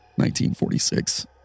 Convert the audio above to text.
1946